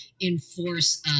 enforce